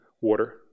water